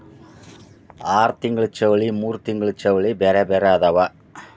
ಆರತಿಂಗ್ಳ ಚೌಳಿ ಮೂರತಿಂಗ್ಳ ಚೌಳಿ ಬ್ಯಾರೆ ಬ್ಯಾರೆ ಅದಾವ